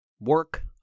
work